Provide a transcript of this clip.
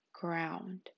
ground